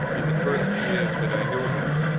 in the first years that i knew him,